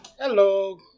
Hello